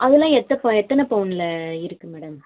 அதெல்லாம் எத்தன ப எத்தனை பவுனில் இருக்கு மேடம்